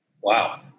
Wow